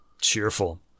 cheerful